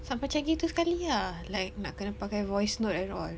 sampai macam gitu sekali ah like nak kena pakai voice note and all